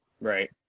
right